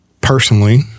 personally